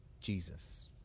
Jesus